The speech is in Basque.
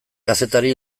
kazetari